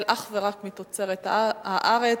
מוצע בה לחייב גופים ציבוריים לרכוש דגלי ישראל אך ורק מתוצרת הארץ.